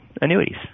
annuities